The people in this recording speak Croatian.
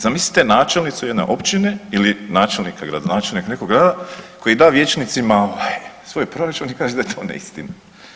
Zamislite načelnicu jedne općine ili načelnika, gradonačelnika nekog grada koji da vijećnicima svoj proračun i kaže da je to neistina.